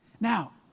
Now